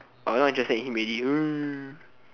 oh you not interested in him already